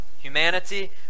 humanity